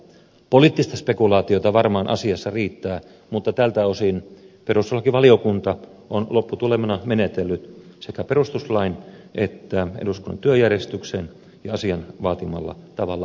poliittista spekulaatiota varmaan asiassa riittää mutta tältä osin perustuslakivaliokunta on lopputulemana menetellyt sekä perustuslain että eduskunnan työjärjestyksen ja asian vaatimalla tavalla aivan ansiokkaasti